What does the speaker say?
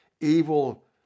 evil